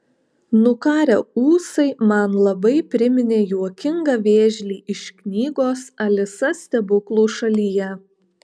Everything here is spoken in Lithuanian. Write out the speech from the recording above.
nukarę ūsai man labai priminė juokingą vėžlį iš knygos alisa stebuklų šalyje